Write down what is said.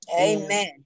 amen